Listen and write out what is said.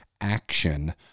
action